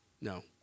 No